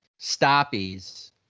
stoppies